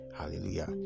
hallelujah